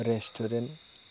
restaurant